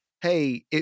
hey